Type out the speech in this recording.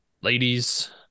ladies